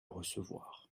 recevoir